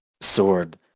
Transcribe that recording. sword